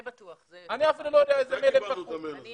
טוב, אני